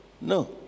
No